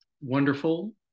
wonderful